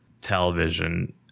television